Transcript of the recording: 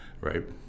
right